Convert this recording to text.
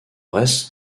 reste